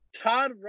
Todd